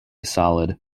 solid